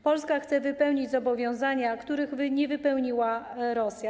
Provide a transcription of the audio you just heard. Polska chce wypełnić zobowiązania, których nie wypełniła Rosja.